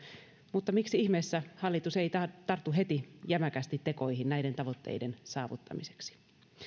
mutta miksi ihmeessä hallitus ei tartu heti jämäkästi tekoihin näiden tavoitteiden saavuttamiseksi